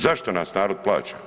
Zašto nas narod plaća?